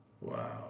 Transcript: Wow